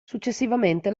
successivamente